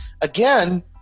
Again